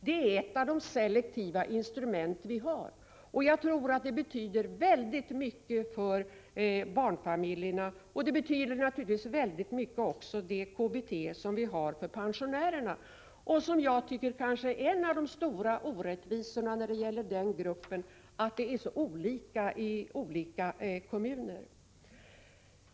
Det är ett av de selektiva instrument vi har, och jag tror att det betyder väldigt mycket för barnfamiljerna. Naturligtvis är också det KBT som vi har för pensionärerna mycket viktigt. Jag tycker att en av de stora orättvisorna när det gäller den gruppen är att detta är så olika i olika kommuner.